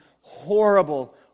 horrible